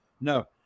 No